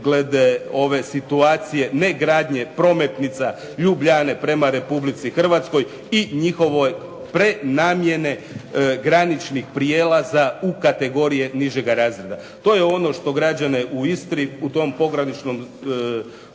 glede ove situacije, ne gradnje prometnica Ljubljane prema Republici Hrvatskoj i njihovoj prenamjene graničnih prijelaza u kategorije nižega razreda. To je ono što građane u Istri u tom pograničnom